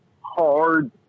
hard